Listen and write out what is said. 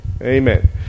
Amen